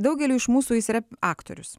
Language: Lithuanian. daugeliui iš mūsų jis yra aktorius